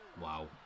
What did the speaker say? Wow